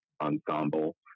ensemble